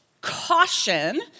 Caution